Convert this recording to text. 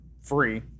free